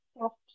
soft